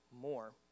more